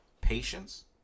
patience